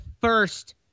first